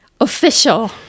Official